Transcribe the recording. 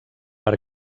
per